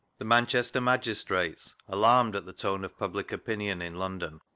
the manchester magistrates, alarmed at the tone of public opinion in london,